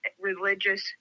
religious